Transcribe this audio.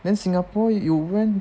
then singapore you wear